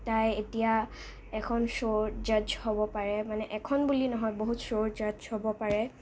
তাই এতিয়া এখন শ্ব'ৰ জাজ হ'ব পাৰে মানে এখন বুলি নহয় বহুত শ্ব'ৰ জাজ হ'ব পাৰে